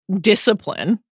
discipline